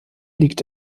liegt